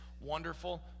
wonderful